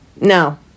No